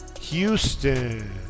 Houston